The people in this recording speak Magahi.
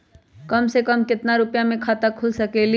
कम से कम केतना रुपया में खाता खुल सकेली?